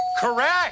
correct